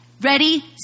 ready